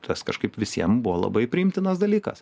tas kažkaip visiem buvo labai priimtinas dalykas